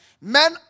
men